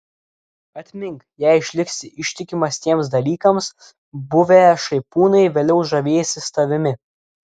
atmink jei išliksi ištikimas tiems dalykams buvę šaipūnai vėliau žavėsis tavimi